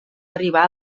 arribar